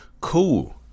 cool